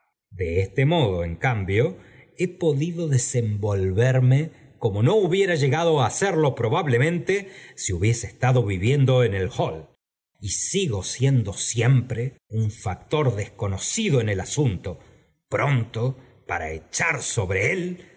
de este modo en cambio he podido desenvolverme como no hubiera llegado a cerlo probablemente si hubiese estado viviend en el hall y sigo siendo siempre un factor desconocido en el asunto pronto para echar sobre el